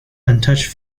untouched